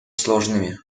сложными